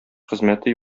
хезмәте